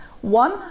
one